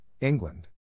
England